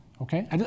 Okay